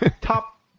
top